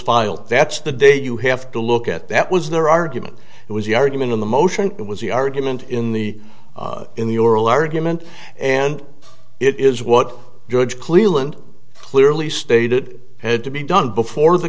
filed that's the day you have to look at that was their argument it was the argument in the motion that was the argument in the in the oral argument and it is what judge clearly and clearly stated had to be done before the